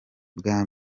bwa